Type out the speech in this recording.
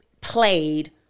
played